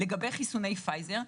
לגבי חיסוני פייזר,